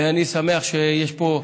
ואני שמח שיש פה.